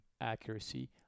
accuracy